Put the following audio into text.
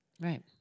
Right